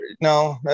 no